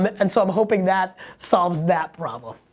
and so i'm hoping that solves that problem.